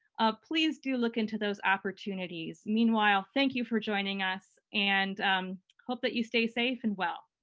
please do look into those opportunities. meanwhile, thank you for joining us and hope that you stay safe and well.